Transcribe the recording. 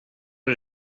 det